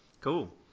Cool